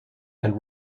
and